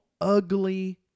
ugly